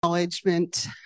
Acknowledgement